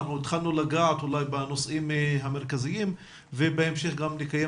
התחלנו לגעת בנושאים המרכזיים ובהמשך גם נקיים